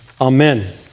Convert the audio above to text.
Amen